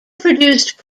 produced